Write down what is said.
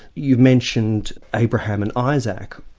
you mentioned abraham and isaac,